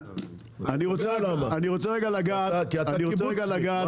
כי אתה קיבוצניק.